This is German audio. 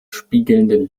spiegelnden